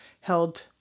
held